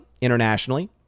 internationally